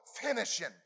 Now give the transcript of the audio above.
finishing